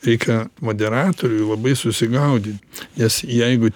reikia moderatoriui labai susigaudyt nes jeigu